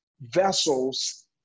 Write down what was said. vessels